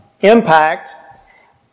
impact